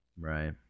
right